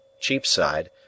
Cheapside